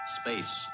Space